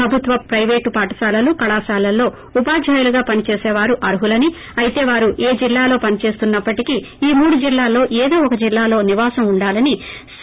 ప్రభుత్వ పైవేటు పాఠశాలలు కళాశాలల్లో ఉపాధ్యాయులుగా పనిచేసే వారు అర్జులని అయితే వారు ఏ జిల్లాలో పనిచేస్తున్న ప్పటికీ ఈ మూడు జిల్లాల్లో ఏదో ఒక జిల్లాలో నివాసం ఉండాలని సి